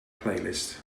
playlist